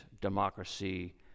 democracy